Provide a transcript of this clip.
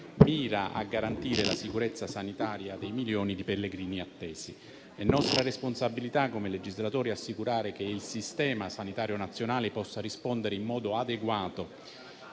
mira a garantire la sicurezza sanitaria dei milioni di pellegrini attesi. È nostra responsabilità, come legislatori, assicurare che il Sistema sanitario nazionale possa rispondere in modo adeguato